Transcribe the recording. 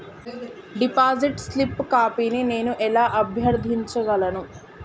Deposit slip కాపీని నేను ఎలా అభ్యర్థించగలను?